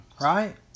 right